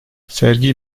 sergi